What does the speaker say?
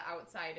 outside